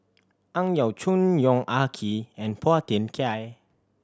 Ang Yau Choon Yong Ah Kee and Phua Thin Kiay